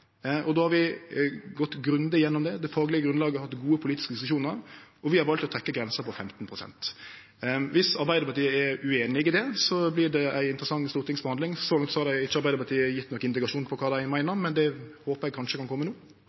vi har valt å trekkje grensa på 15 pst. Viss Arbeidarpartiet er ueinige i det, vert det ei interessant stortingsbehandling. Så langt har ikkje Arbeidarpartiet gjeve nokon indikasjon på kva dei meiner, men det håpar eg kanskje kan kome no.